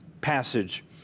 passage